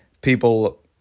people